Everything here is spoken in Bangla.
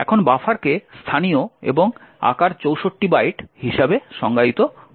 এখন বাফারকে স্থানীয় এবং আকার 64 বাইট হিসাবে সংজ্ঞায়িত করা হয়েছে